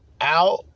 out